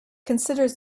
considers